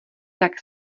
tak